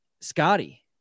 Scotty